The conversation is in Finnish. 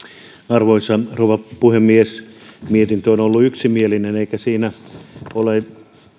arvoisa rouva puhemies mietintö on ollut yksimielinen eikä siinä ole